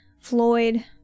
Floyd